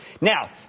Now